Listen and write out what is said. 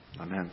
Amen